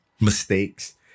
mistakes